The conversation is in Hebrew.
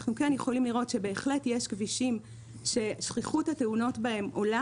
אנחנו יכולים לראות שבהחלט יש כבישים ששכיחות התאונות בהם עולה,